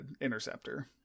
Interceptor